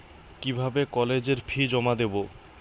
কিভাবে কলেজের ফি জমা দেবো?